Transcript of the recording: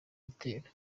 gitero